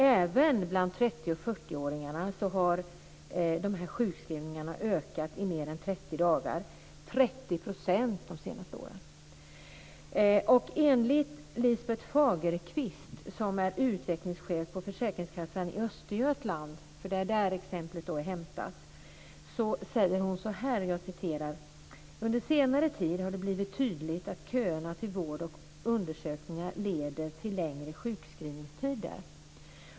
Även bland 30 och 40-åringarna har sjukskrivningar på mer än 30 dagar ökat, de senaste åren med 30 %. Försäkringskassan i Östergötland - det är därifrån exemplet är hämtat - säger så här: "Under senare tid har det blivit tydligt att köerna till vård och undersökningar leder till längre sjukskrivningstider."